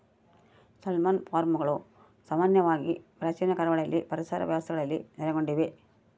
salmon ಫಾರ್ಮ್ಗಳು ಸಾಮಾನ್ಯವಾಗಿ ಪ್ರಾಚೀನ ಕರಾವಳಿ ಪರಿಸರ ವ್ಯವಸ್ಥೆಗಳಲ್ಲಿ ನೆಲೆಗೊಂಡಿವೆ